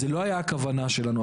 זו לא הייתה הכוונה שלנו.